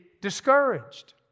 discouraged